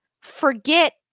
forget